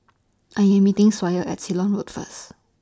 I Am meeting Sawyer At Ceylon Road First